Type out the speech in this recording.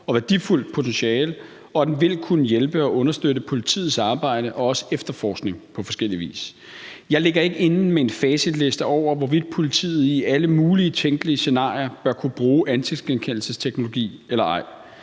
og værdifuldt potentiale, og at den vil kunne hjælpe og understøtte politiets arbejde og også efterforskning på forskellig vis. Jeg ligger ikke inde med en facitliste over, hvorvidt politiet i alle mulige tænkelige scenarier bør kunne bruge ansigtsgenkendelsesteknologi eller ej.